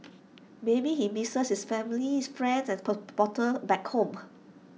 maybe he misses his family friends and back home